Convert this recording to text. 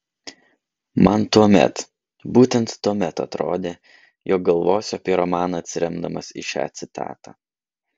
man tuomet būtent tuomet atrodė jog galvosiu apie romaną atsiremdamas į šią citatą